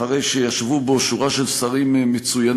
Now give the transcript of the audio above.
אחרי שישבו בו שורה של שרים מצוינים,